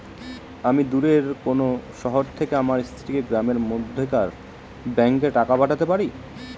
আমি দূরের কোনো শহর থেকে আমার স্ত্রীকে গ্রামের মধ্যেকার ব্যাংকে টাকা পাঠাতে পারি?